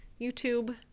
youtube